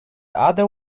other